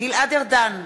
גלעד ארדן,